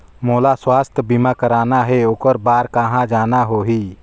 मोला स्वास्थ बीमा कराना हे ओकर बार कहा जाना होही?